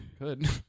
Good